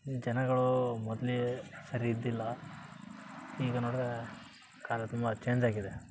ಜನಗಳು ಮೊದಲೇ ಸರಿ ಇದ್ದಿಲ್ಲ ಈಗ ನೋಡಿದರೆ ಕಾಲ ತುಂಬ ಚೇಂಜ್ ಆಗಿದೆ